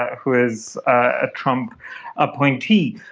who is a trump appointee,